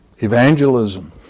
evangelism